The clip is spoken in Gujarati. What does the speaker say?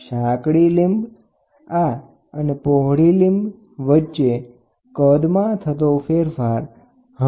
સાકડી લીંબ થી પહોળી લીંબ વચ્ચે વિસ્થાપિત પ્રવાહીના કદમાં થતો ફેરફાર એક સમાન રહે છે